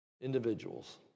individuals